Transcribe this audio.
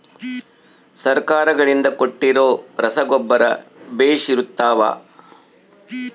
ಸರ್ಕಾರಗಳಿಂದ ಕೊಟ್ಟಿರೊ ರಸಗೊಬ್ಬರ ಬೇಷ್ ಇರುತ್ತವಾ?